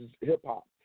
hip-hop